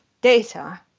data